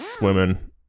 women